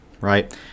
right